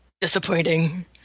disappointing